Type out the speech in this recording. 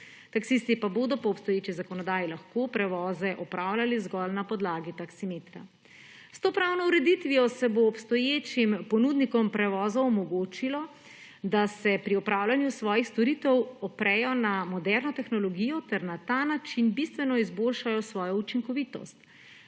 Taksisti pa bodo po obstoječi zakonodaji lahko prevoze opravljali zgolj na podlagi taksimetra. S to pravno ureditvijo se bo obstoječim ponudnikom prevozov omogočilo, da se pri opravljanju svojih storitev oprejo na moderno tehnologijo ter na ta način bistveno izboljšajo svojo učinkovitost.